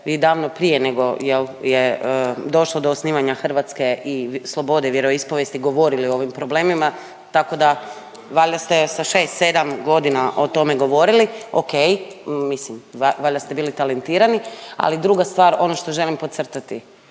vi davno prije nego jel je došlo do osnivanje Hrvatske i slobode i vjeroispovijesti govorili o ovim problemima, tako da valjda ste sa 6-7 godina o tome govorili, ok, mislim valjda ste bili talentirani, ali druga stvar ono što želim podcrtati